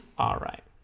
all right